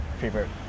favorite